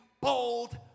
bold